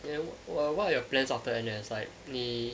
you know what are your plans after N_S like 你